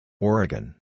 Oregon